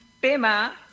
tema